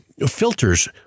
filters